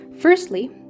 Firstly